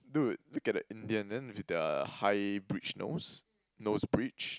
dude look at that Indian then with the high bridge nose nose bridge